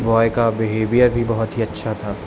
boy का behaviour भी बहुत ही अच्छा था